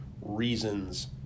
reasons